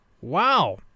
Wow